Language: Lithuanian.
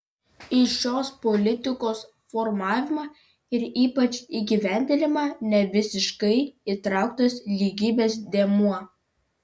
į šios politikos formavimą ir ypač įgyvendinimą nevisiškai įtrauktas lygybės dėmuo